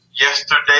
yesterday